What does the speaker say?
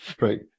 Right